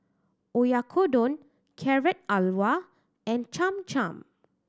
Oyakodon Carrot Halwa and Cham Cham